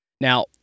Now